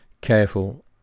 careful